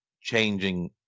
changing